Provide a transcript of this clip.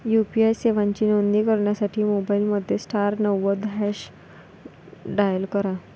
UPI सेवांची नोंदणी करण्यासाठी मोबाईलमध्ये स्टार नव्वद हॅच डायल करा